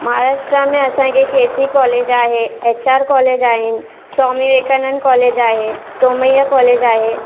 महाराष्ट्र में असांखे K C college आहे एच आर कॉलेज आहिनि स्वामी विवेकानंद कॉलेज आहे सुमया कॉलेज आहे